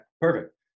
perfect